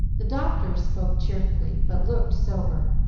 the doctor spoke cheerfully, but looked sober,